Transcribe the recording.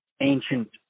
ancient